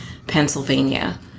Pennsylvania